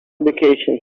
education